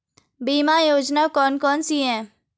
बीमा योजना कौन कौनसी हैं?